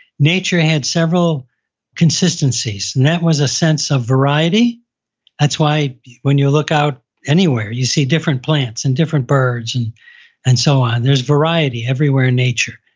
nature had several consistencies, and that was a sense of variety that's why when you look out anywhere, you see different plants and different birds and and so on, there's variety everywhere in nature.